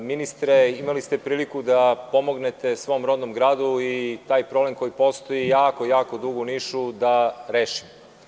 Ministre imali ste priliku da pomognete svom rodnom gradu i taj problem koji postoji jako, jako dugo u Nišu da rešite.